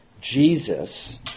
Jesus